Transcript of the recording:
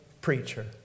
preacher